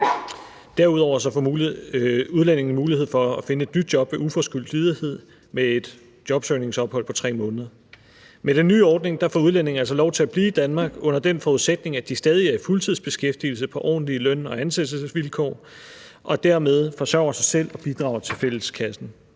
Derudover får udlændingen mulighed for at finde et nyt job ved uforskyldt ledighed med et jobsøgningsophold på 3 måneder. Med den nye ordning får udlændinge altså lov til at blive i Danmark under den forudsætning, at de stadig er i fuldtidsbeskæftigelse på ordentlige løn- og ansættelsesvilkår og dermed forsørger sig selv og bidrager til fælleskassen.